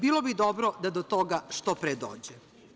Bilo bi dobro da do toga što pre dođe.